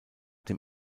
dem